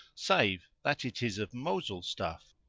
save that it is of mosul stuff.